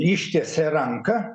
ištiesė ranką